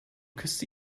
küsste